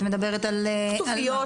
את מדברת על --- כתוביות,